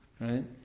Right